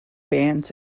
bands